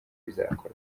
bizakorwa